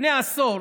לפני עשור